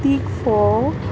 तीख फोव